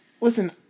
listen